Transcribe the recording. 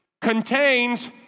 contains